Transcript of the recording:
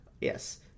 yes